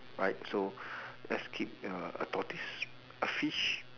right so let's keep a tortoise a fish